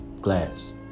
Glass